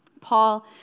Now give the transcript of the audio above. Paul